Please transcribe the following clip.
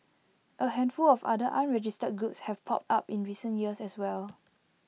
A handful of other unregistered groups have popped up in recent years as well